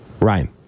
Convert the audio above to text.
Ryan